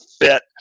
fit